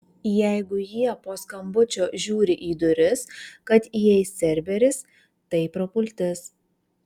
jeigu jie po skambučio žiūri į duris kad įeis cerberis tai prapultis